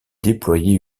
déployée